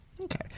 Okay